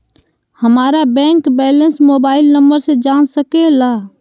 हमारा bank balance mobile number से जान सके ला?